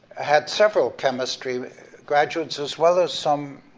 had several chemistry graduates, as well as some